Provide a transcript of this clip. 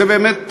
זה באמת מזעזע,